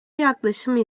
yaklaşımı